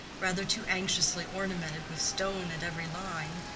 rather too anxiously ornamented with stone at every line,